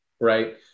right